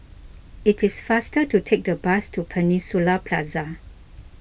it is faster to take the bus to Peninsula Plaza